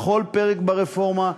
בכל פרק ברפורמה,